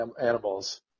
animals